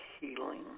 healing